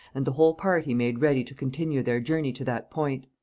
and the whole party made ready to continue their journey to that point.